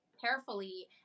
carefully